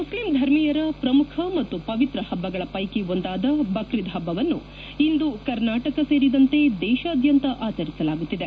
Muslim ಧರ್ಮೀಯರ ಪ್ರಮುಖ ಮತ್ತು ಪವಿತ್ರ ಪಭ್ಗಗಳ ಪ್ಲೆಕಿ ಒಂದಾದ ಬಕ್ರೀದ್ ಪಭ್ಗವನ್ನು ಇಂದು ಕರ್ನಾಟಕ ಸೇರಿದಂತೆ ದೇಶಾದ್ಯಂತ ಆಚರಿಸಲಾಗುತ್ತದೆ